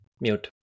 Mute